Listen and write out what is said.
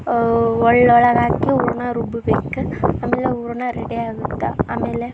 ಒರ್ಳೊಳಗಾಕಿ ಹೂರ್ಣ ರುಬ್ಬ ಬೇಕು ಆಮೇಲೆ ಹೂರ್ಣ ರೆಡಿ ಆಗುತ್ತೆ ಆಮೇಲೆ